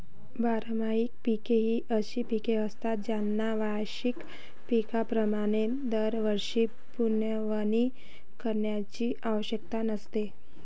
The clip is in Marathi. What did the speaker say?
बारमाही पिके ही अशी पिके असतात ज्यांना वार्षिक पिकांप्रमाणे दरवर्षी पुनर्लावणी करण्याची आवश्यकता नसते